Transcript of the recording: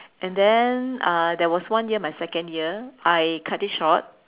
and then uh there was one year my second year I cut it short